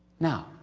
now,